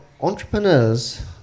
entrepreneurs